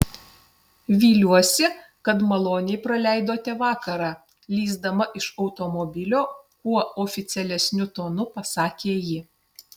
viliuosi kad maloniai praleidote vakarą lįsdama iš automobilio kuo oficialesniu tonu pasakė ji